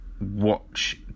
watch